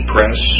Press